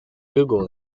google